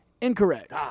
Incorrect